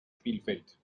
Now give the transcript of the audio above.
spielfeld